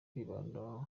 kwibanda